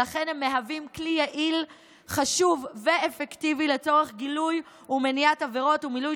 ולכן הם מהווים כלי יעיל ואפקטיבי לצורך גילוי ומניעה של עבירות ומילוי